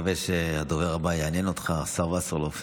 תשובת שר הבריאות על מסקנות ועדת הבריאות